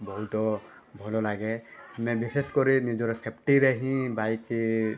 ବହୁତ ଭଲଲାଗେ ଆମେ ବିଶେଷ କରି ନିଜର ସେଫ୍ଟିରେ ହିଁ ବାଇକ୍